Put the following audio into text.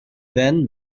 then